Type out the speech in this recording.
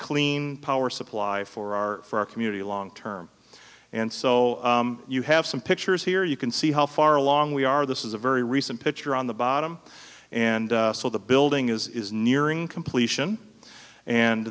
clean power supply for our for our community long term and so you have some pictures here you can see how far along we are this is a very recent picture on the bottom and so the building is nearing completion and